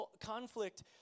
conflict